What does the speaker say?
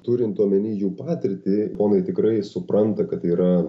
turint omeny jų patirtį japonai tikrai supranta kad tai yra